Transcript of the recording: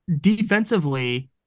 defensively